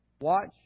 watch